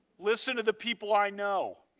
listen to the people i know.